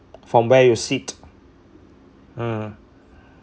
from where you sit hmm